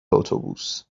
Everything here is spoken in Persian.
اتوبوس